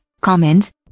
comments